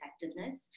effectiveness